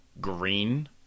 Green